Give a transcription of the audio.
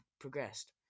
progressed